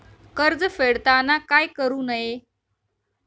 कर्ज फेडताना काय करु नये?